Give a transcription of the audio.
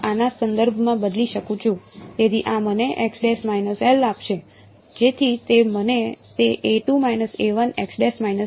અને હું આના સંદર્ભમાં બદલી શકું છું તેથી આ મને આપશે જેથી તે મને તે કહે છે